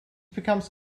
becomes